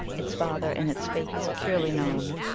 its father and its fate securely known,